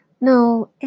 no